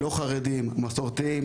מסורתיים,